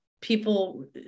people